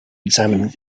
examining